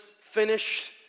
finished